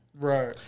Right